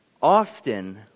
Often